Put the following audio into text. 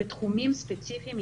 בתחומים ספציפיים,